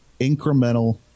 incremental